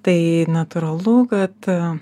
tai natūralu kad